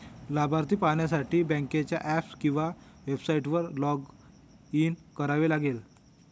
लाभार्थी पाहण्यासाठी बँकेच्या ऍप किंवा वेबसाइटवर लॉग इन करावे लागेल